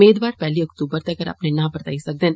मेदवार पेहली अक्तूबर तक्कर अपने नां परताई सकदे न